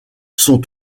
sont